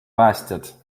päästjad